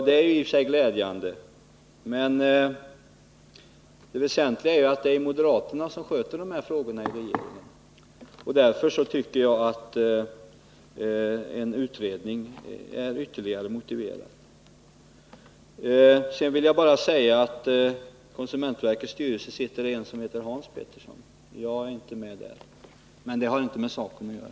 Det väsentliga är ändå att det är moderaterna som sköter dessa frågor i regeringen. Det gör att en utredning är ytterligare motiverad. Jag vill till sist säga att i konsumentverkets styrelse sitter en person vid namn Hans Pettersson, och det är alltså inte jag. Men det har inte med saken att göra.